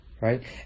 right